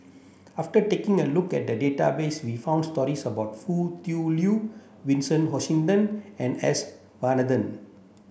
after taking a look at the database we found stories about Foo Tui Liew Vincent Hoisington and S Varathan